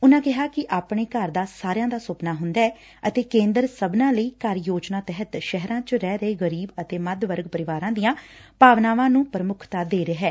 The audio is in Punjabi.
ਉਨਾਂ ਕਿਹਾ ਕਿ ਆਪਣੇ ਘਰ ਦਾ ਸਾਰਿਆਂ ਦਾ ਸੁਪਨਾ ਹੁੰਦੈ ਅਤੇ ਕੇਂਦਰ ਸਭਨਾਂ ਲਈ ਘਰ ਯੋਜਨਾ ਤਹਿਤ ਸ਼ਹਿਰਾਂ ਚ ਰਹਿ ਰਹੇ ਗਰੀਬ ਅਤੇ ਮੱਧ ਵਰਗ ਪਰਿਵਾਰਾਂ ਦੀਆਂ ਭਾਂਵਨਾਵਾਂ ਨੂੰ ਪ੍ਮੁੱਖਤਾ ਦੇ ਰਿਹੈ